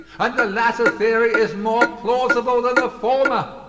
and the latter theory is more plausible than the former.